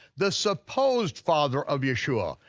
the supposed father of yeshua,